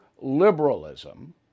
liberalism